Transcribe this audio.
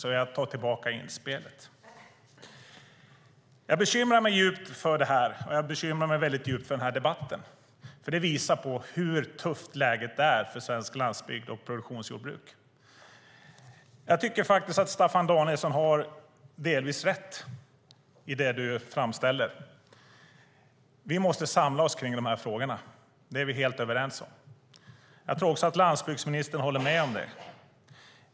Jag tar därför tillbaka inspelet. Jag bekymrar mig djupt för det här, och jag bekymrar mig djupt för debatten. Det visar nämligen på hur tufft läget är för svensk landsbygd och svenskt produktionsjordbruk. Jag tycker faktiskt att du har delvis rätt i det du framställer, Staffan Danielsson - vi måste samla oss kring de här frågorna. Det är vi helt överens om, och jag tror att landsbygdsministern håller med om det.